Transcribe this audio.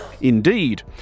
Indeed